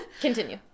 Continue